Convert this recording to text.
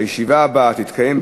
הישיבה הבאה תתקיים,